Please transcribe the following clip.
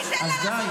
אתן לך.